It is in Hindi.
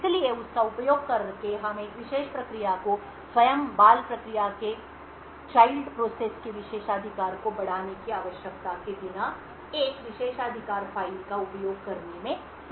इसलिए इसका उपयोग करके हम एक विशेष प्रक्रिया को स्वयं बाल प्रक्रिया के विशेषाधिकार को बढ़ाने की आवश्यकता के बिना एक विशेषाधिकार फ़ाइल का उपयोग करने में सक्षम होंगे